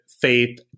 faith